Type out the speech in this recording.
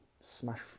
Smash